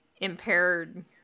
impaired